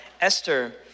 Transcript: Esther